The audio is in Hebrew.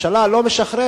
הממשלה לא משחררת,